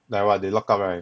like what they lock up right